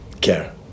care